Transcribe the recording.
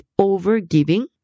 overgiving